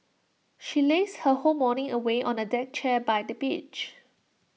she lazed her whole morning away on A deck chair by the beach